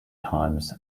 times